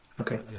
Okay